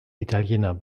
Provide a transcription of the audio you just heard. italiener